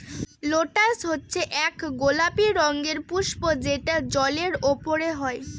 lotus হচ্ছে এক গোলাপি রঙের পুস্প যেটা জলের ওপরে হয়